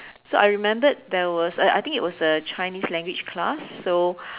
so I remembered there was I I think it was a Chinese language class so